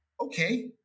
okay